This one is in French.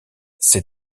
ses